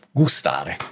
gustare